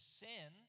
sin